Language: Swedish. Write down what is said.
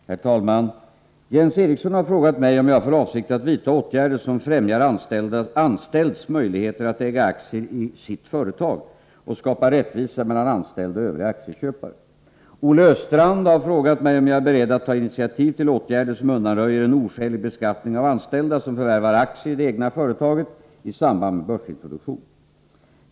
Herr talman! Jens Eriksson har frågat mig om jag har för avsikt att vidta åtgärder som främjar anställds möjligheter att äga aktier i ”sitt” företag och skapa rättvisa mellan anställd och övriga aktieköpare. Olle Östrand har frågat mig om jag är beredd att ta initiativ till åtgärder som undanröjer en oskälig beskattning av anställda som förvärvar aktier i det egna företaget i samband med börsintroduktion.